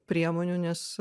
priemonių nes